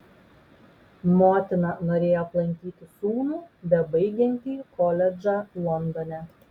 motina norėjo aplankyti sūnų bebaigiantį koledžą londone